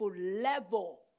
level